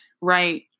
right